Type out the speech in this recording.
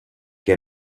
che